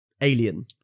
Alien